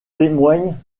témoigne